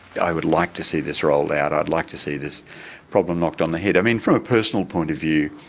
i would like to see this rolled out, i'd like to see this problem knocked on the head. i mean, from a personal point of view,